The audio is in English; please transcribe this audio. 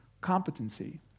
competency